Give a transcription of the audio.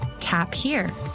tap here.